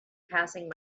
passing